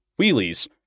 wheelies